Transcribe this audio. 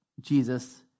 Jesus